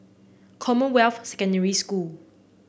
Commonwealth Secondary School